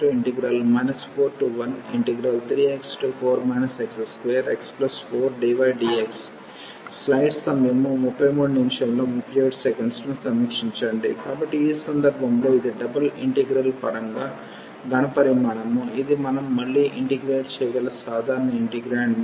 V 413x4 x2x4dydx కాబట్టి ఈ సందర్భంలో ఇది డబుల్ ఇంటిగ్రల్ పరంగా ఘన పరిమాణము ఇది మనం మళ్లీ ఇంటిగ్రేట్ చేయగల సాధారణ ఇంటిగ్రేండ్